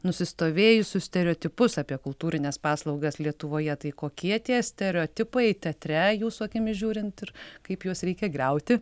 nusistovėjusius stereotipus apie kultūrines paslaugas lietuvoje tai kokie tie stereotipai teatre jūsų akimis žiūrint ir kaip juos reikia griauti